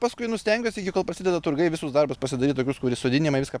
paskui nu stengiuosi iki kol prasideda turgai visus darbus pasidaryt tokius kur sodinimai viską